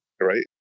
right